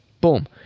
boom